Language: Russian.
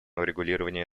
урегулирование